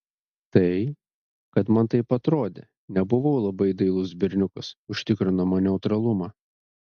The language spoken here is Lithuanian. tai kad man taip atrodė nebuvau labai dailus berniukas užtikrino man neutralumą